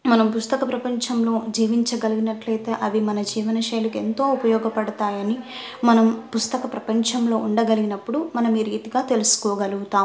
మనం పుస్తక ప్రపంచంలో జీవించగలిగినట్టయితే అవి మన జీవనశైలికి ఎంతో ఉపయోగపడతాయని మనం పుస్తక ప్రపంచంలో ఉండగలిగినప్పుడు మనం మీ రీతిగా తెలుసుకోగలుగుతాము